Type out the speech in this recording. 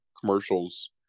commercials